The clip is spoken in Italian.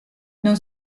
non